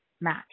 match